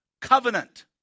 covenant